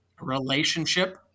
Relationship